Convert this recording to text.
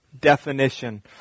definition